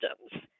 systems